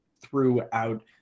throughout